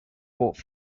fought